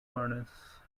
furnace